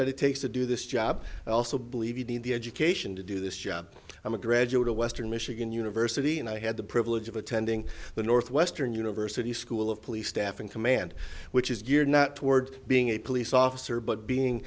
that it takes to do this job i also believe you need the education to do this job i'm a graduate of western michigan university and i had the privilege of attending the northwestern university school of police staffing command which is geared toward being a police officer but being